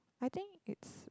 I think it's